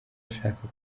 ashaka